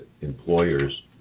employers